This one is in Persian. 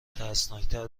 ترسناکتر